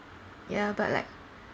ya but like